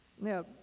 Now